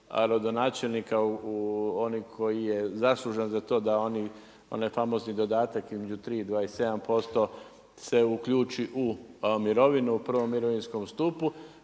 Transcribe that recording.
ne razumije./… u oni koji je zaslužan za to da onaj famozan dodatak između 3 i 27% se uključi u mirovinu, u prvom mirovinskom stupu,